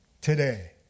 today